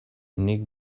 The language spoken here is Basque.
nik